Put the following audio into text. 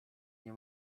nie